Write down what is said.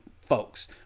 folks